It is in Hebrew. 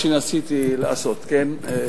זה מה שניסיתי לתאר.